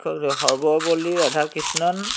Sarvepalli Radhakrishnan